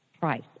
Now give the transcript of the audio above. price